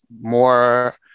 more